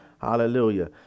Hallelujah